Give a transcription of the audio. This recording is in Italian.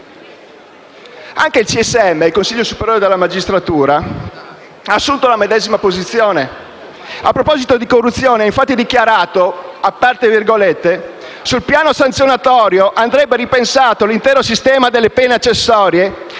Anche il Consiglio superiore della magistratura ha assunto la medesima posizione. A proposito di corruzione, ha infatti dichiarato: «Sul piano sanzionatorio andrebbe ripensato l'intero sistema delle pene accessorie,